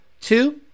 two